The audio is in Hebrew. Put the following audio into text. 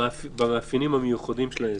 במאפיינים המיוחדים של האזור,